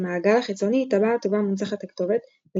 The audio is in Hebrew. במעגל החיצוני טבעת ובה מונצחת הכתובת "The